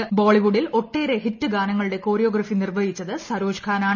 കൂ ബോളിവുഡിൽ ഒട്ടേറെ ഹിറ്റ് ഗാനങ്ങളുടെ കോറിയോഗ്ര്ഫി നിർവ്വഹിച്ചത് സരോജ് ഖാനാണ്